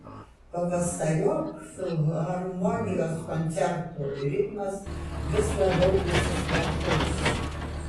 pavasariop filharmonijos koncertų ritmas vis labiau įsismarkaus